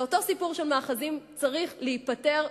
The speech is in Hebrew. ואותו סיפור של מאחזים צריך להיפתר,